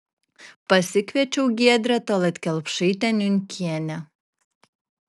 pasikviečiau giedrę tallat kelpšaitę niunkienę